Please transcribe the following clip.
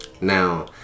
Now